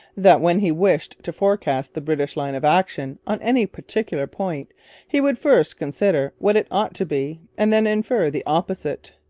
that when he wished to forecast the british line of action on any particular point he would first consider what it ought to be and then infer the opposite.